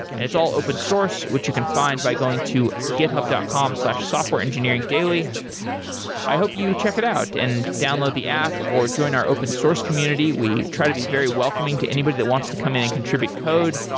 and it's all open-source, which you can find by going to github dot com slash softwareengineeringdaily. i hope you check it out and download the app or join our open source community. we try to be very welcoming to anybody that wants to come in and contribute code.